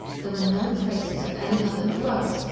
there were no traces of any other drugs,